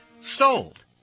sold